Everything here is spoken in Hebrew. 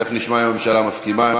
תכף נשמע אם הממשלה מסכימה.